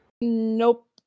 Nope